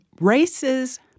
Races